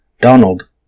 Donald